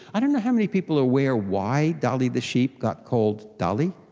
i don't know how many people are aware why dolly the sheep got called dolly.